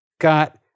got